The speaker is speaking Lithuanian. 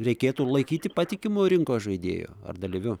reikėtų laikyti patikimu rinkos žaidėju ar dalyviu